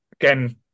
Again